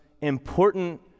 important